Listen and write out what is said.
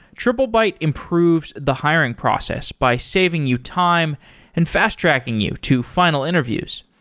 triplebyte improves the hiring process by saving you time and fast-tracking you to final interviews.